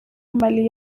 mali